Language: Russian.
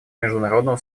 международного